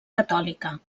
catòlica